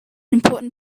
important